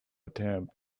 attempt